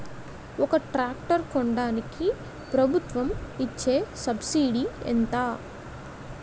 ఒక ట్రాక్టర్ కొనడానికి ప్రభుత్వం ఇచే సబ్సిడీ ఎంత?